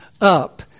up